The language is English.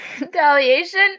retaliation